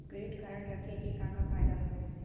Credit card रखे के का का फायदा हवे?